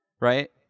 Right